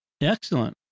Excellent